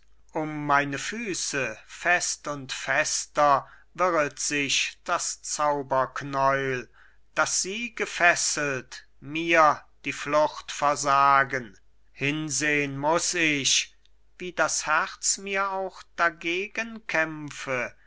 um meine füße fest und fester wirret sich das zauberknäuel daß sie gefesselt mir die flucht versagen hinsehn muß ich wie das herz mir auch dagegen kämpfe